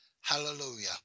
hallelujah